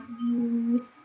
views